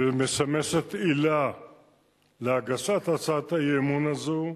ומשמשת עילה להגשת הצעת האי-אמון הזאת,